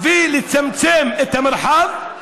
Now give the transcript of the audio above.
ולצמצם את המרחב,